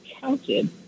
counted